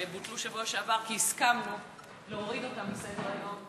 שבוטלו בשבוע שעבר כי הסכמנו להוריד אותן מסדר-היום,